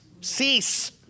Cease